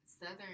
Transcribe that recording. Southern